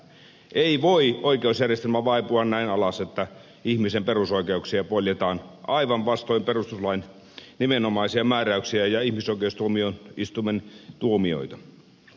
ei voi oikeusjärjestelmä vaipua näin alas että ihmisen perusoikeuksia poljetaan aivan vastoin perustuslain nimenomaisia määräyksiä ja ihmisoikeustuomioistuimen tuomioita